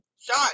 shot